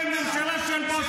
סליחה, לא הספיק לך הזמן?